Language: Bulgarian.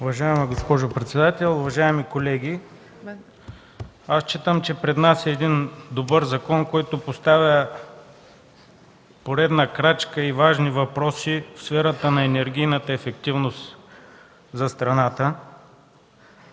Уважаема госпожо председател, уважаеми колеги! Считам, че пред нас е добър закон, който поставя поредна крачка и важни въпроси в сферата на енергийната ефективност за страната.